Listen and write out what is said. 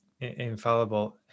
infallible